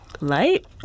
Light